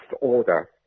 order